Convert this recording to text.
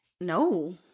No